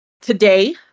Today